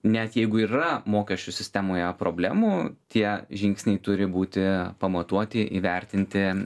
net jeigu ir yra mokesčių sistemoje problemų tie žingsniai turi būti pamatuoti įvertinti